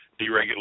Deregulation